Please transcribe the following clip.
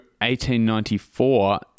1894